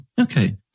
Okay